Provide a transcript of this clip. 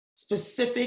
Specific